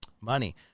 money